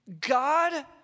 God